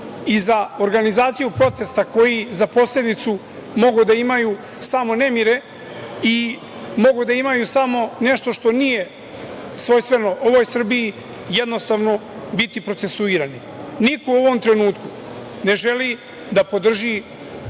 i za organizaciju protesta koji za posledicu mogu da imaju samo nemire i mogu da imaju samo nešto što nije svojstveno ovoj Srbiji, jednostavno biti procesuirani? Niko u ovom trenutku ne želi da podrži